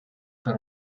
per